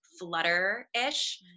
flutter-ish